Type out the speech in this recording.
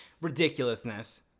ridiculousness